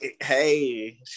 Hey